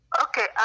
okay